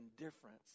indifference